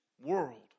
world